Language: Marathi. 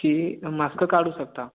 की मास्क काढू शकता